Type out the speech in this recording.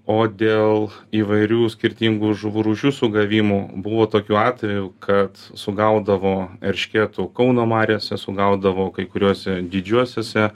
o dėl įvairių skirtingų žuvų rūšių sugavimų buvo tokių atvejų kad sugaudavo eršketų kauno mariose sugaudavo kai kuriuose didžiuosiuose